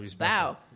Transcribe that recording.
Wow